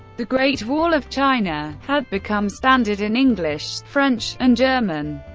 the great wall of china had become standard in english, french, and german,